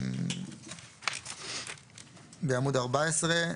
בעמוד 14,